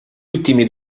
ultimi